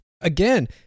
again